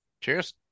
Cheers